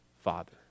father